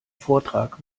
vortrag